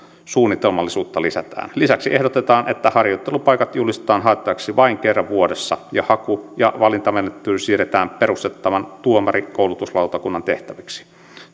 suunnitelmallisuutta lisätään lisäksi ehdotetaan että harjoittelupaikat julistetaan haettaviksi vain kerran vuodessa ja haku ja valintamenettely siirretään perustettavan tuomarinkoulutuslautakunnan tehtäväksi